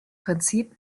prinzip